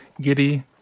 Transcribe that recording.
Giddy